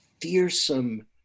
fearsome